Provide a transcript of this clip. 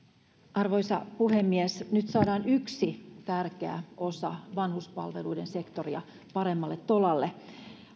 arvoisa puhemies nyt saadaan yksi tärkeä osa vanhuspalveluiden sektoria paremmalle tolalle